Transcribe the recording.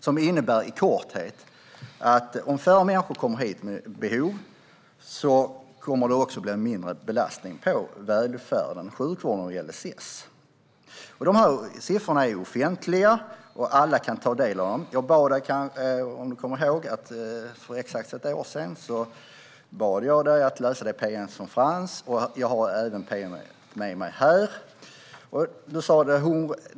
Den innebär i korthet att om färre människor med behov kommer hit, kommer det också att bli en mindre belastning på välfärden, sjukvården och LSS. Dessa siffror är offentliga, och alla kan ta del av dem. Om du kommer ihåg bad jag dig för exakt ett år sedan att läsa det pm som fanns. Jag har även pm:et med mig här.